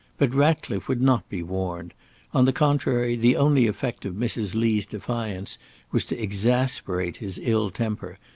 but ratcliffe would not be warned on the contrary, the only effect of mrs. lee's defiance was to exasperate his ill-temper,